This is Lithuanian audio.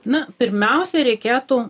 na pirmiausiai reikėtų